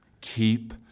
Keep